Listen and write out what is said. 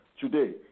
today